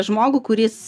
žmogų kuris